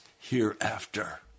hereafter